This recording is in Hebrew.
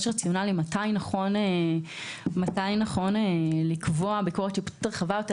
יש רציונל מתי נכון לקבוע ביקורת שיפוטית רחבה יותר,